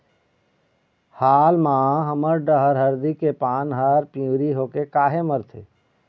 हाल मा हमर डहर हरदी के पान हर पिवरी होके काहे मरथे?